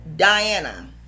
Diana